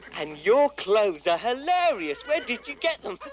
and your clothes are hilarious. where did you get them?